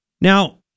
Now